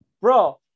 bro